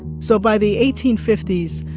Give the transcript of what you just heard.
so by the eighteen fifty s,